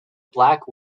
black